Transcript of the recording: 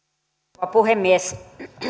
rouva puhemies